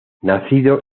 nacido